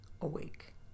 awake